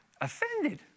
offended